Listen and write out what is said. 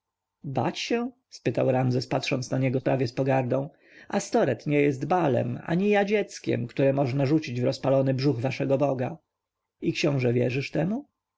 bać się spytał ramzes patrząc na niego prawie z pogardą astoreth nie jest baalem ani ja dzieckiem które można rzucić w rozpalony brzuch waszego boga i książę wierzysz temu